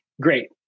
Great